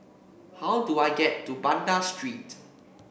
how do I get to Banda Street